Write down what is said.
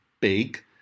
big